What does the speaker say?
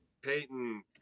Peyton